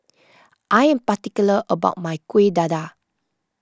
I am particular about my Kueh Dadar